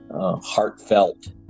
Heartfelt